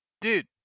Dude